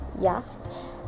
yes